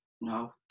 No